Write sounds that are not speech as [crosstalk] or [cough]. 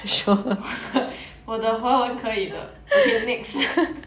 [laughs] 我的华文可以的 okay next